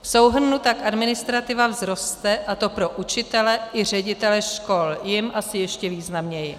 V souhrnu tak administrativa vzroste, a to pro učitele i ředitele škol, jim asi ještě významněji.